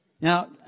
Now